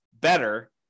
better